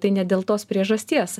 tai ne dėl tos priežasties